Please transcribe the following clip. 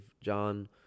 John